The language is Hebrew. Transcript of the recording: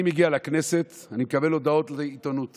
אני מגיע לכנסת ואני מקבל הודעות לעיתונות